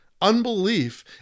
Unbelief